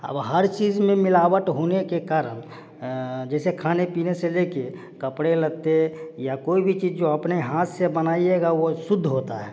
अब हर चीज में मिलावट होने के कारण जैसे खाने पीने से ले के कपड़े लत्ते या कोई भी चीज जो अपने हाथ से बनाएंगे वो शुद्ध होता है